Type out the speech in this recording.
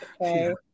okay